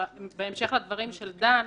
בהמשך לדברים של דן,